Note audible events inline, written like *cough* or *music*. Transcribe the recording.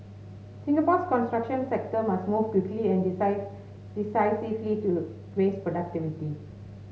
Singapore's construction sector must move quickly and *unintelligible* decisively to raise productivity